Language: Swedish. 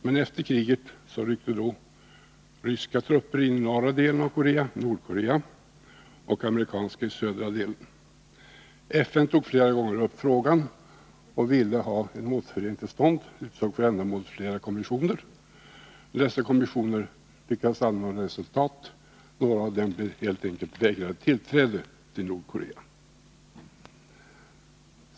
Men efter kriget ryckte ryska trupper in i norra delen av Korea, Nordkorea, och amerikanska i den södra delen. FN tog flera gånger upp frågan och ville ha en återförening till stånd. För det ändamålet utsågs flera kommissioner. Dessa kommissioner lyckades aldrig nå några resultat, då de helt enkelt vägrades tillträde till Nordkorea.